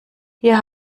hier